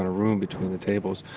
ah room between the tables.